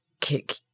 kick